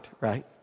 right